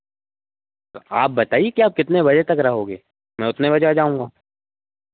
आप बताइए कि आप कितने बजे तक रहोगे मैं उतने बजे आ जाऊंगा